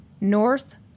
North